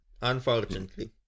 unfortunately